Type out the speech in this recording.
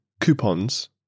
coupons